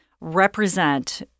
represent